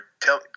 Tell